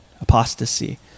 apostasy